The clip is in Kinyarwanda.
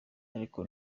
ariko